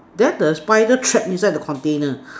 then the spider trap inside the container